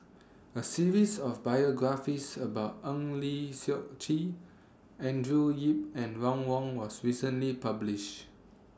A series of biographies about Eng Lee Seok Chee Andrew Yip and Ron Wong was recently published